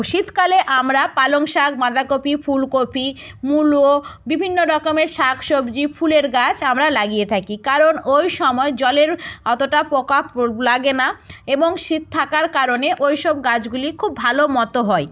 শীতকালে আমরা পালং শাক বাঁধাকপি ফুলকপি মুলো বিভিন্ন রকমের শাক সবজি ফুলের গাছ আমরা লাগিয়ে থাকি কারণ ওই সময় জলের অতটা পোকপ লাগে না এবং শীত থাকার কারণে ওই সব গাছগুলি খুব ভালো মতো হয়